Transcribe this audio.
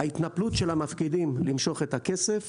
ההתנפלות של המפקידים למשוך את הכסף